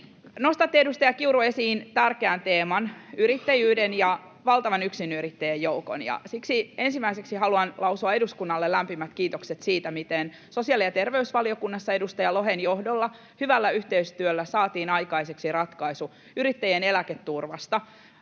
Nostatte, edustaja Kiuru, esiin tärkeän teeman: yrittäjyyden ja valtavan yksinyrittäjien joukon. Ja siksi ensimmäiseksi haluan lausua eduskunnalle lämpimät kiitokset siitä, miten sosiaali- ja terveysvaliokunnassa edustaja Lohen johdolla hyvällä yhteistyöllä saatiin aikaiseksi ratkaisu yrittäjän eläketurvasta,